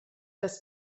das